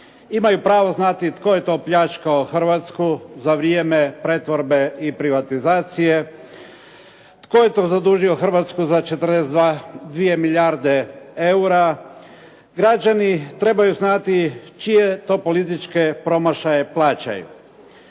Imaju pravo znati tko je to pljačkao Hrvatsku za vrijeme pretvorbe i privatizacije, to je to zadužio Hrvatsku za 42 milijarde eura. Građani trebaju znati čije to političke promašaje plaćaju.